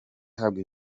ahabwa